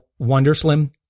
WonderSlim